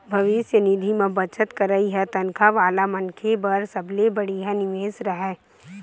भविस्य निधि म बचत करई ह तनखा वाला मनखे बर सबले बड़िहा निवेस हरय